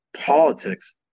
politics